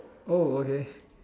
oh okay